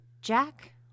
Jack